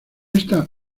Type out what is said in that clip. esta